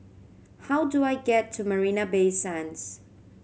how do I get to Marina Bay Sands